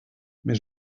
mais